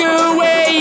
away